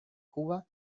cuba